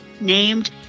named